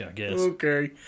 Okay